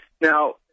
Now